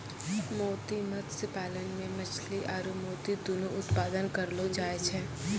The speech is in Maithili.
मोती मत्स्य पालन मे मछली आरु मोती दुनु उत्पादन करलो जाय छै